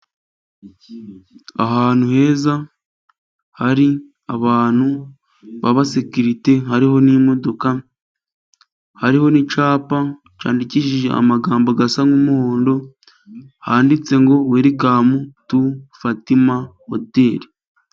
Ahantu heza hari abantu babasekirite hariho n'imodoka, hariho n'icyapa cyandikishije amagambo asa nk'umuhondo handitse ngo werikamu tu Fatima hoteli.